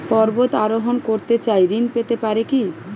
পর্বত আরোহণ করতে চাই ঋণ পেতে পারে কি?